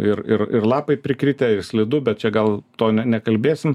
ir ir ir lapai prikritę ir slidu bet čia gal to ne nekalbėsim